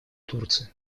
турции